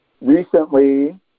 Recently